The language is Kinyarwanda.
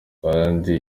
kandi